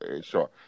sure